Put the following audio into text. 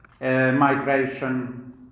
migration